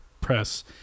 press